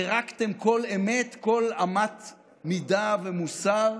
פירקתם כל אמת, כל אמת מידה ומוסר,